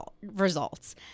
results